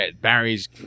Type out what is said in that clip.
Barry's